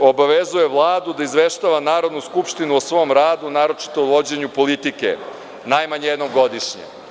obavezuje Vladu da izveštava Narodnu skupštinu o svom radu, naročito o vođenju politike, najmanje jednom godišnje.